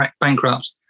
bankrupt